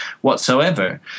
whatsoever